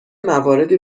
مواردی